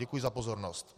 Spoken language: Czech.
Děkuji za pozornost.